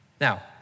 Now